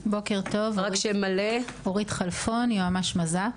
בוקר טוב, אני יועמ"ש מז"פ.